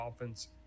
offense